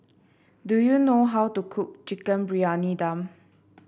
do you know how to cook Chicken Briyani Dum